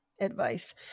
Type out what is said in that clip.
advice